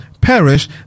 perish